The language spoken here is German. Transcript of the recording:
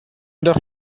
doch